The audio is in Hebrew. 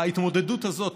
ההתמודדות הזאת,